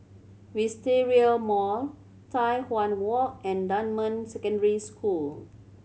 Wisteria Mall Tai Hwan Walk and Dunman Secondary School